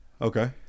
Okay